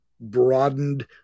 broadened